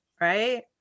right